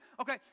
Okay